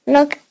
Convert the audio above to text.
Look